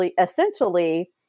essentially